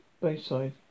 bayside